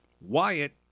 Wyatt